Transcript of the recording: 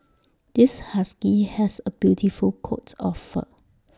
this husky has A beautiful coat of fur